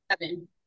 Seven